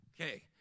Okay